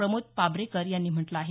प्रमोद पाब्रेकर यांनी म्हटलं आहे